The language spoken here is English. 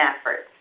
efforts